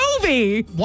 movie